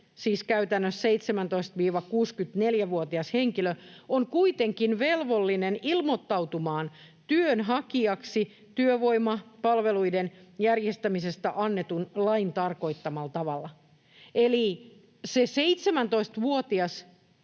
siis käytännössä 17—64-vuotias henkilö, on kuitenkin velvollinen ilmoittautumaan työnhakijaksi työvoimapalveluiden järjestämisestä annetun lain tarkoittamalla tavalla. Eli se 17-vuotias ei